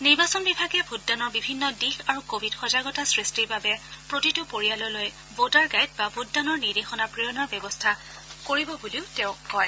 নিৰ্বাচন বিভাগে ভোটদানৰ বিভিন্ন দিশ আৰু কোৱিড সজাগতা সৃষ্টিৰ বাবে প্ৰতিটো পৰিয়াললৈ 'ভোটাৰ গাইড' বা ভোটদানৰ নিৰ্দেশনা প্ৰেৰণৰ ব্যৱস্থা কৰিব বুলিও তেওঁ কয়